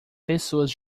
pessoas